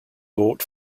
bought